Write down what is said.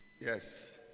Yes